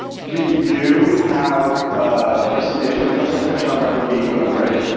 we do have a presentation infrastructure, so that will be equivalent, right?